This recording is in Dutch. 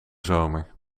zomer